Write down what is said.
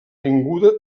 vinguda